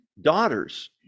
daughters